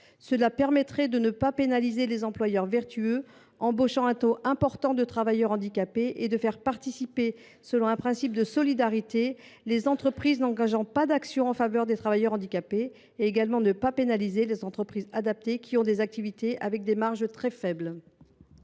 Cela permettrait de ne pas pénaliser les employeurs vertueux, qui embauchent un taux important de travailleurs handicapés, et de faire participer, selon un principe de solidarité, les entreprises n’engageant pas d’action en faveur des travailleurs handicapés. Cela éviterait également de pénaliser les entreprises adaptées, dont les activités dégagent des marges très faibles.